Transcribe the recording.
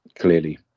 clearly